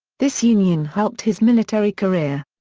this union helped his military career.